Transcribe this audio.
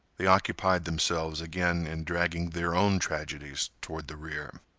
they occupied themselves again in dragging their own tragedies toward the rear.